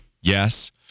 Yes